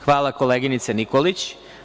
Hvala koleginice Nikolić.